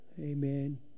Amen